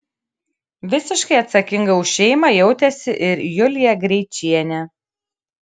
visiškai atsakinga už šeimą jautėsi ir julija greičienė